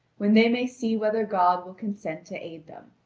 when they may see whether god will consent to aid them.